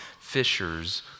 fishers